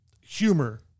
humor